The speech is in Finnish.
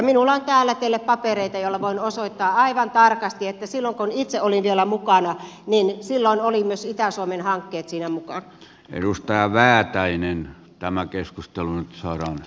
minulla on täällä teille papereita joilla voin osoittaa aivan tarkasti että silloin kun itse olin vielä mukana olivat myös itä suomen hankkeet siinä mukana